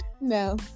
No